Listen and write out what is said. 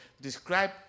describe